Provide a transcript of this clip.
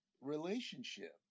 relationship